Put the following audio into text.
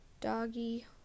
doggy